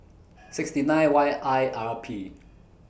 sixty nine Y I R P